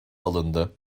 alındı